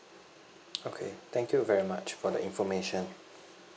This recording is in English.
okay thank you very much for the information